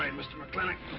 and mr. mclintock.